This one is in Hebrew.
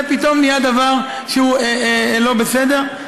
זה פתאום נהיה דבר שהוא לא בסדר.